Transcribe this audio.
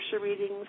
readings